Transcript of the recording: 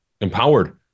empowered